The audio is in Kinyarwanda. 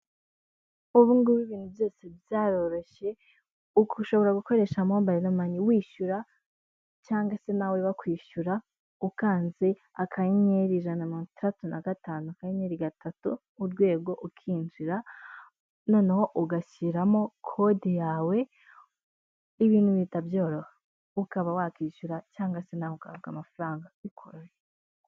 Ubu ngubu ibintu byose byaroroshye, ushobora gukoresha MOBILE MONEY wishyura, cyangwa se nawe bakwishyura, ukanze akanyenyeri, ijana na mirongo itandatu na gatanu, akanyeri, gatatu, urwego, ukinjira, noneho ugashyiramo kode yawe, ibintu bihita byoroha, ukaba wakwishyura, cyangwa se nawe ugahabwa amafaranga bikoroheye.